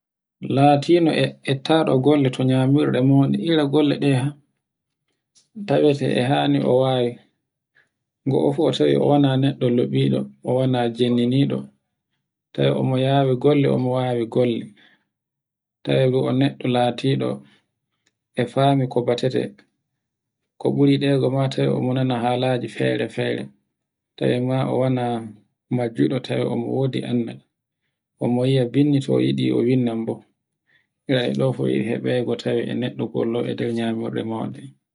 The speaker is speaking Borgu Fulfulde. Latino e ettaɗo golle to nyamirde maundi. Ira golle ɗe tawe te e hani o wawi. Wuro fu a tawan wana neɗɗo loɓɓiɗo wala jinniniɗo tay emo yawi gollr o mo yawi golle. Tawe bo o neɗɗo latiɗo e fani ko batete. Ko ɓuri ɗe ma tawe e mo nana halaji fere-fere, tawe ma o wana no juɗete o mowodi anna. e mo yia binndi to mo yiɗi o binndan bo. be e ɗo fu iri heɓego tawe e neɗɗo golle e tawe e nder nyamirde mauɗe.